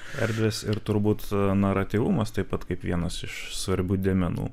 erdvės ir turbūt naratyvumas taip pat kaip vienas iš svarbių dėmenų